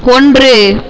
ஒன்று